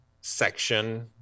section